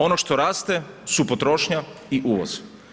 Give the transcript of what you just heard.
Ono što raste su potrošnja i uvoz.